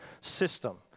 system